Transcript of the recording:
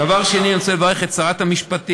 דבר שני, אני רוצה לברך את שרת המשפטים.